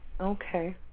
okay